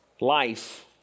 life